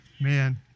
Man